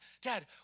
dad